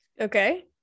Okay